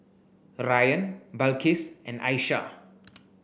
Ryan Balqis and Aishah